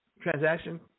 transaction